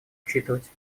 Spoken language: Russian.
учитывать